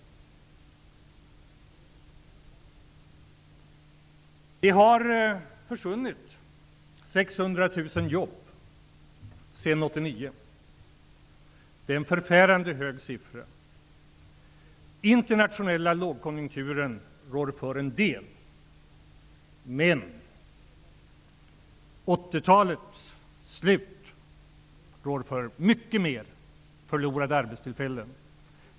600 000 jobb har försvunnit sedan 1989. Det är en förfärande hög siffra. Den internationella lågkonjunkturen rår för en del av dessa siffror. Men 1980-talets slut rår för många fler förlorade arbetstillfällen.